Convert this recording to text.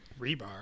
rebar